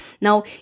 Now